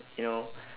you know